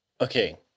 Okay